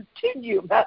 continue